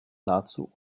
nahezu